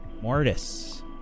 Mortis